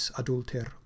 adulter